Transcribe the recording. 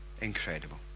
incredible